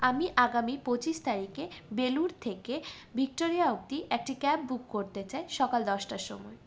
আমি আগামী পঁচিশ তারিখে বেলুড় থেকে ভিক্টোরিয়া অবধি একটি ক্যাব বুক করতে চাই সকাল দশটার সময়